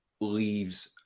leaves